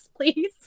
please